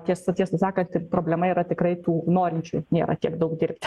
tiesa tiesą sakant ir problema yra tikrai tų norinčių nėra tiek daug dirbti